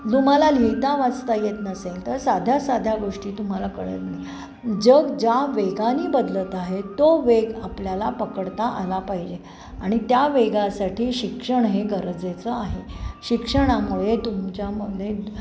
तुम्हाला लिहिता वाचता येत नसेल तर साध्या साध्या गोष्टी तुम्हाला कळत नाही जग ज्या वेगाने बदलत आहे तो वेग आपल्याला पकडता आला पाहिजे आणि त्या वेगासाठी शिक्षण हे गरजेचं आहे शिक्षणामुळे तुमच्यामध्ये